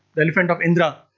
the elephant of indra.